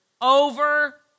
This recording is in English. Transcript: over